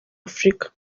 africa